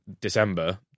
December